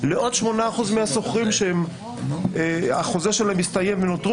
לעוד 8% מהשוכרים שהחוזה שלהם הסתיים והם נותרו